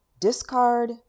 Discard